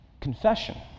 Confession